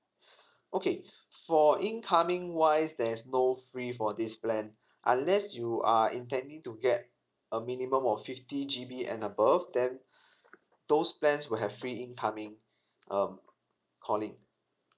okay for in coming wise there's no free for this plan unless you are intending to get a minimum of fifty G B and above then those plans will have free incoming uh calling